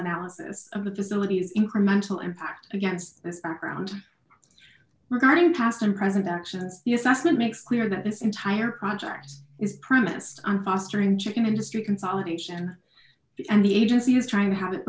analysis of the facilities incremental impact against this background regarding past and present actions the assessment makes clear that this entire project is premised on fostering chicken industry consolidation and the agency is trying to have it